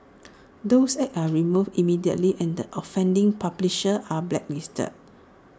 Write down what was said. those ads are removed immediately and the offending publishers are blacklisted